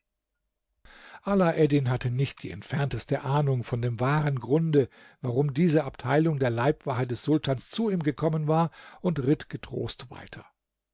alaeddin hatte nicht die entfernteste ahnung von dem wahren grunde warum diese abteilung der leibwache des sultans zu ihm gekommen war und ritt getrost weiter